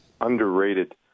underrated